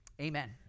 Amen